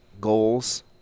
goals